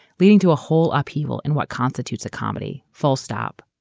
leading to a whole upheaval in what constitutes a comedy, full-stop.